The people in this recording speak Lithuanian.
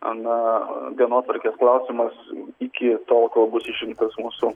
na dienotvarkės klausimas iki tol kol bus išrinktas mūsų